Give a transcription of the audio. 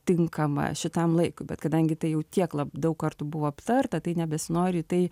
tinkama šitam laikui bet kadangi tai jau tiek daug kartų buvo aptarta tai nebesinori į tai